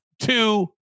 two